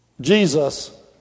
Jesus